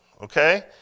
Okay